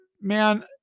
man